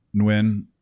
Nguyen